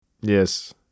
Yes